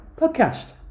podcast